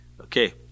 Okay